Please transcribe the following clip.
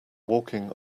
walking